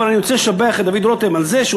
אבל אני רוצה לשבח את דוד רותם על זה שהוא